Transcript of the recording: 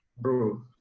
Bro